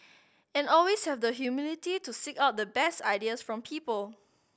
and always have the humility to seek out the best ideas from people